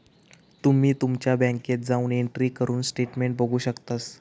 तुम्ही तुमच्या बँकेत जाऊन एंट्री करून स्टेटमेंट बघू शकतास